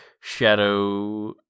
Shadow